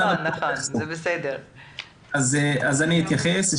אז אני אתייחס.